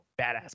badass